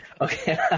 Okay